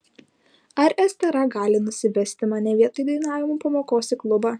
ar estera gali nusivesti mane vietoj dainavimo pamokos į klubą